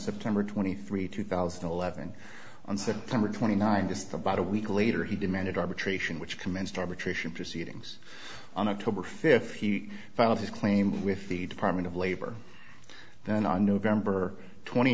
september twenty three two thousand and eleven on september twenty ninth just about a week later he demanded arbitration which commenced arbitration proceedings on october fifth he filed his claim with the department of labor then on november twenty